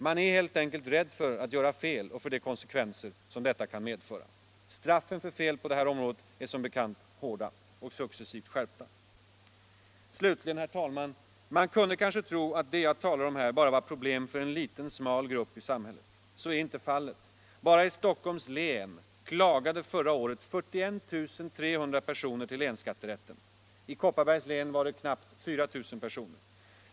Man är helt enkelt rädd för att göra fel och för de konsekvenser som detta kan medföra. Straffen för fel på det här området är som bekant hårda, och de har successivt skärpts. Slutligen, herr talman! Man kunde kanske tro att det jag talar om här bara var problem för en liten smal grupp i samhället. Så är inte fallet. Bara i Stockholms län klagade förra året 41 300 personer till länsskatterätten. I Kopparbergs län var det knappt 4 000 personer.